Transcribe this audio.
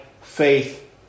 faith